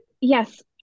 Yes